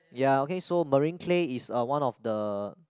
ya okay so marine clay is uh one of the